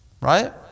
Right